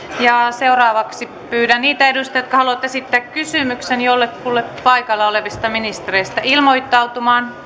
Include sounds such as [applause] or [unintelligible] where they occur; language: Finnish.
seuraavaksi pyydän niitä edustajia jotka haluavat esittää kysymyksen jollekulle paikalla olevista ministereistä ilmoittautumaan [unintelligible]